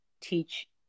teach